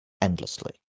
endlessly